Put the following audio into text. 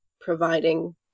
providing